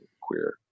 queer